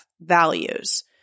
values